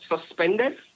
suspended